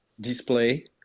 display